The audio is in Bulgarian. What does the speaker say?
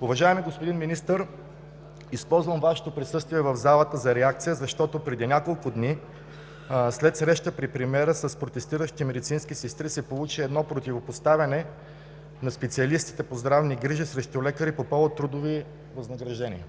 Уважаеми господин Министър, използвам Вашето присъствие в залата за реакция, защото преди няколко дни след среща при премиера с протестиращите медицински сестри се получи едно противопоставяне на специалистите по здравни грижи срещу лекари по повод трудови възнаграждения.